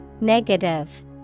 Negative